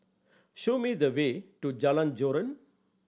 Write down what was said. show me the way to Jalan Joran